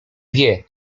wie